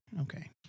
Okay